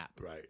Right